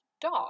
dog